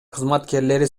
кызматкерлери